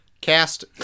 Cast